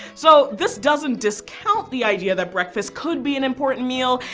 so this doesn't discount the idea that breakfast could be an important meal,